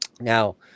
Now